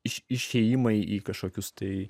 išėjimai į kažkokius tai